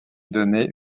donner